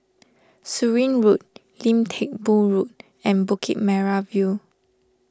Surin Road Lim Teck Boo Road and Bukit Merah View